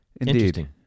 Indeed